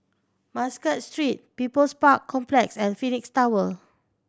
Muscat Street People's Park Complex and Phoenix Tower